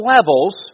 levels